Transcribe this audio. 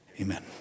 Amen